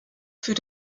für